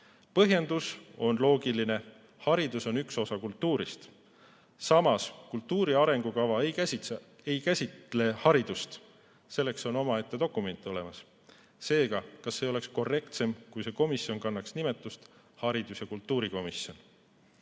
Põhjendus on loogiline: haridus on üks osa kultuurist. Samas, kultuuri arengukava ei käsitle haridust, selleks on omaette dokument olemas. Seega, kas ei oleks korrektsem, kui see komisjon kannaks nimetust haridus- ja kultuurikomisjon?